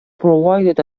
provided